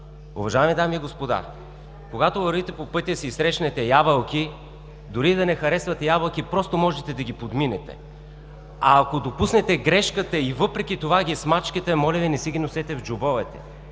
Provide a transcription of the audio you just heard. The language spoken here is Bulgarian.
Уважаеми дами и господа, когато вървите по пътя си и срещнете ябълки, дори и да не харесвате ябълки, просто можете да ги подминете. А ако допуснете грешката и въпреки това ги смачкате, моля Ви, не си ги носете в джобовете.